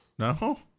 No